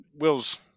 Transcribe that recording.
Will's